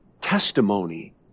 testimony